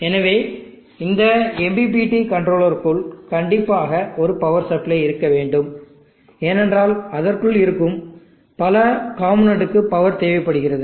எனவே இந்த MPPT கண்ட்ரோலருக்குள் கண்டிப்பாக ஒரு பவர் சப்ளை இருக்க வேண்டும் ஏனென்றால் அதற்குள் இருக்கும் பல காம்போநெண்ட் க்கு பவர் தேவைப்படுகிறது